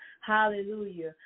Hallelujah